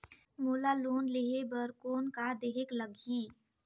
मोला लोन लेहे बर कौन का देहेक लगही?